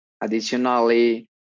Additionally